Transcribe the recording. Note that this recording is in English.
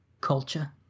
culture